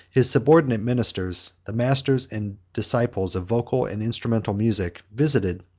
his subordinate ministers, the masters and disciples of vocal and instrumental music, visited,